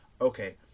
okay